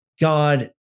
God